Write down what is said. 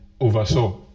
oversaw